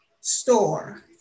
store